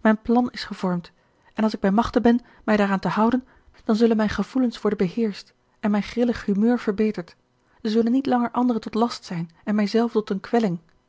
mijn plan is gevormd en als ik bij machte ben mij daaraan te houden dan zullen mijn gevoelens worden beheerscht en mijn grillig humeur verbeterd zij zullen niet langer anderen tot last zijn en mijzelve tot een